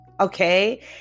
Okay